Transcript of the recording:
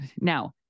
Now